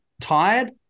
tired